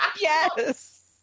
yes